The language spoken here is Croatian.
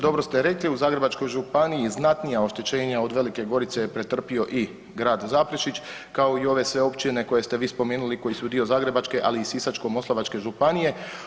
Dobro ste rekli, u Zagrebačkoj županiji znatnija oštećenja od Velike Gorice je pretrpio i grad Zaprešić, kao i ove sve općine koje ste vi spomenuli koje su dio Zagrebačke, ali i Sisačko-moslavačke županije.